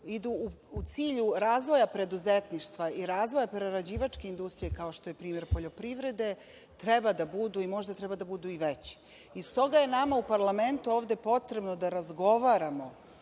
idu u cilju razvoja preduzetništva i razvoja prerađivačke industrije, kao što je primer poljoprivrede, treba da budu, možda treba da budu i veće. Stoga je nama u parlamentu potrebno da razgovaramo